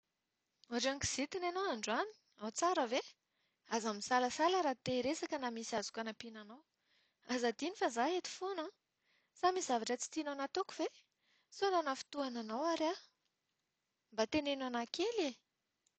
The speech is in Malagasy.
Hoatran’ny kizitina ianao androany, ao tsara ve? Aza misalasala raha te-hiresaka na misy azoko hanampiana anao. Aza adino fa izaho eto foana an? Sa misy zavatra tsy tianao nataoko ve? Sao nanafintohina anao ary aho. Mba teneno ahy kely e?